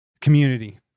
Community